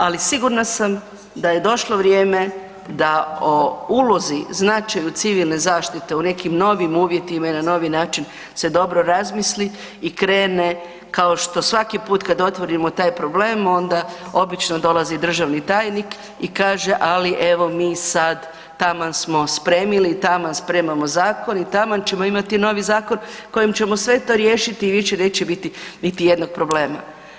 Ali sigurna sam da je došlo vrijeme da o ulozi, značaju Civilne zaštite u nekim novim uvjetima i na novi način se dobro razmisli i krene kao što svaki put kad otvorimo taj problem onda obično dolazi državni tajnik i kaže ali evo mi sad taman smo spremili, taman spremamo zakon i taman ćemo imati novi zakon kojim ćemo sve to riješiti i više neće biti niti jednog problema.